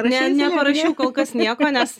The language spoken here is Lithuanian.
ne neparašiau kol kas nieko nes